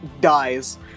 dies